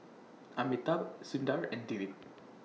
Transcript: Amitabh Sundar and Dilip